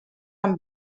een